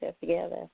together